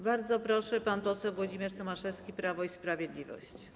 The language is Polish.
Bardzo proszę, pan poseł Włodzimierz Tomaszewski, Prawo i Sprawiedliwość.